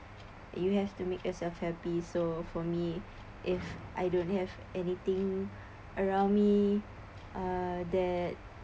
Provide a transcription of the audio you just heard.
you have to make yourself happy so for me if I don't have anything around me uh that